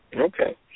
okay